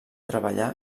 treballà